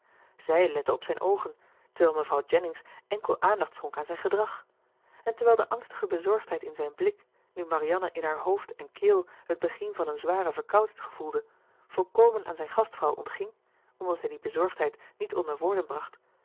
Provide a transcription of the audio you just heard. zij lette op zijn oogen terwijl mevrouw jennings enkel aandacht schonk aan zijn gedrag en terwijl de angstige bezorgdheid in zijn blik nu marianne in haar hoofd en keel het begin van een zware verkoudheid gevoelde volkomen aan zijn gastvrouw ontging omdat hij die bezorgdheid niet onder woorden bracht